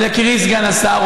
אבל יקירי סגן השר,